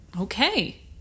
Okay